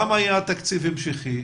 גם היה תקציב המשכי,